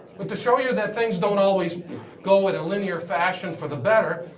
but to show you that things don't always go in a linear fashion for the better,